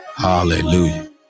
Hallelujah